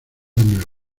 nuevo